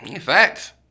Facts